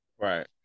right